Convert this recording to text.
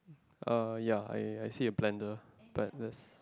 uh ya I I see a blender blenders